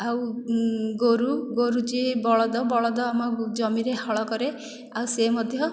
ଆଉ ଗୋରୁ ଗୋରୁ ଯିଏ ବଳଦ ବଳଦ ଆମ ଜମିରେ ହଳ କରେ ଆଉ ସେ ମଧ୍ୟ